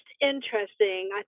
interesting